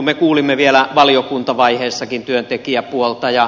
me kuulimme vielä valiokuntavaiheessakin työntekijäpuolta